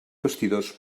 vestidors